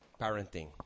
parenting